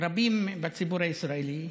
רבים בציבור הישראלי,